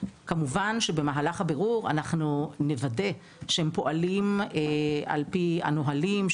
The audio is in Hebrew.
כמובן שבמהלך הבירור אנחנו נוודא שהם פועלים על פי הנהלים,